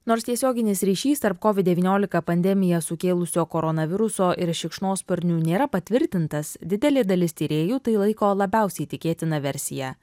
nors tiesioginis ryšys tarp kovid devyniolika pandemiją sukėlusio koronaviruso ir šikšnosparnių nėra patvirtintas didelė dalis tyrėjų tai laiko labiausiai tikėtina versija